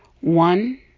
one